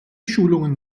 schulungen